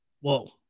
whoa